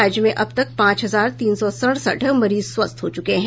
राज्य में अब तक पांच हजार तीन सौ सड़सठ मरीज स्वस्थ हो चुके हैं